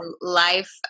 life